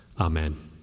Amen